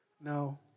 No